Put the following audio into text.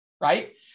right